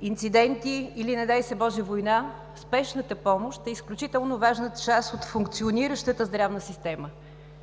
инциденти или, не дай си Боже, война. Спешната помощ е изключително важна част от функциониращата здравна система.